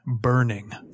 burning